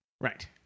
Right